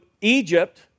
Egypt